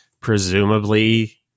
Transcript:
Presumably